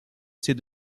ses